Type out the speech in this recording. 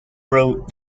wrote